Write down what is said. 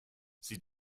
sie